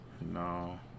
no